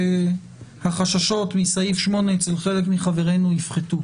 החששות מסעיף 8 אצל חלק מחברינו יפחתו,